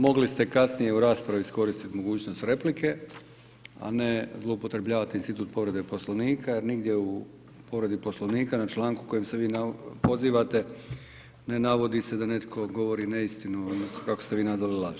Mogli ste kasnije u raspravi iskoristiti mogućnost replike, a ne zloupotrebljavati institut povrede Poslovnika jer nigdje u povredi Poslovnika na članku na koji se vi pozivate ne navodi se da netko govori neistinu, odnosno kako ste vi nazvali laž.